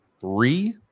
three